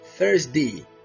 Thursday